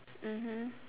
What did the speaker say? mmhmm